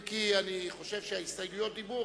אם כי אני חושב שההסתייגויות לדיבור,